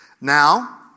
Now